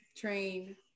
Train